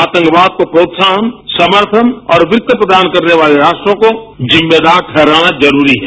आतंकवाद को प्रोत्साहन समर्थन और वित्त प्रदान करने वाले रास्तों को जिम्मेदार ठहराना जरूरी है